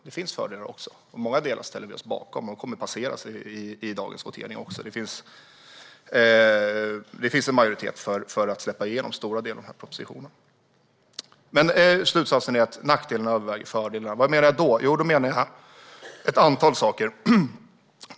Det finns fördelar också, och många delar ställer vi oss bakom. De kommer att passera i dagens votering. Det finns en majoritet för att släppa igenom stora delar av propositionen. Men slutsatsen är att nackdelarna överväger fördelarna. Vad menar jag då? Jo, då menar jag ett antal saker.